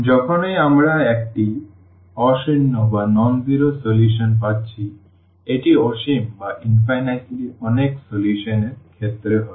যখনই আমরা একটি অশূন্য সমাধান পাচ্ছি এটি অসীম অনেক সমাধান এর ক্ষেত্রে হবে